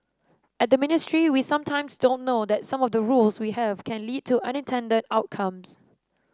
at the ministry we sometimes don't know that some of the rules we have can lead to unintended outcomes